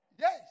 Yes